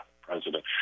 President